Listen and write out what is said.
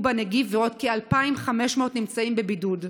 בנגיף ועוד כ-2,500 נמצאים בבידוד,